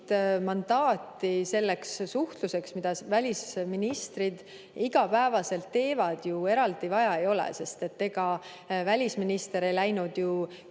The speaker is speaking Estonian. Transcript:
mandaati selleks suhtluseks, mida välisministrid igapäevaselt teevad, eraldi vaja ei ole. Ega välisminister ei läinud ju